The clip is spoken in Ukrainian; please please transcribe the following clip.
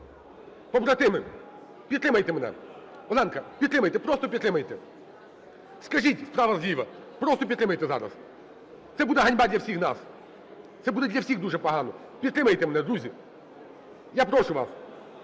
Побратими, підтримайте мене! Оленка, підтримайте, просто підтримайте. Скажіть справа, зліва. Просто підтримайте зараз. Це буде ганьба для всіх нас, це буде для всіх дуже погано. Підтримайте мене, друзі! Я прошу вас,